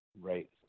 Right